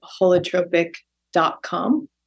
holotropic.com